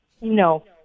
No